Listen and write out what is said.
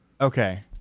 Okay